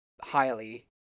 highly